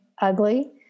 ugly